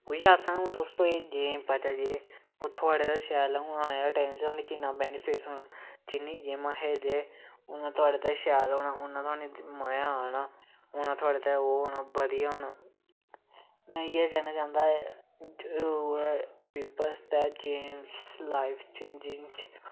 उऐ आक्खा ना तुस कोई गेम पकड़ी ओह् थोआड़ै तै शैल हून आनें आह्लै टैम च थोआनू किन्नां बैनिफिट थ्होनां जिन्नी गेमां खेलगे उन्ना थोआड़े तै शैल होनां उन्नां थोआनू मजा आना उन्ना थोआड़ै तै ओह् होना बधियै होना में इयै कैह्नां चांह्दा उऐ प्यूपल आस्तै गेम्स लाईफ चेंजिंग च